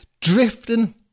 drifting